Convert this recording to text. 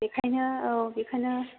बेखायनो औ बेखायनो